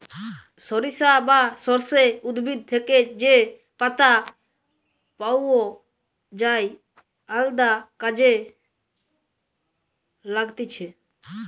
সরিষা বা সর্ষে উদ্ভিদ থেকে যে পাতা পাওয় যায় আলদা কাজে লাগতিছে